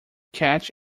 catch